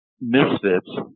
misfits